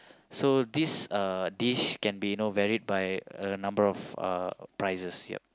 so this uh dish can be you know varied by a number of uh prices ya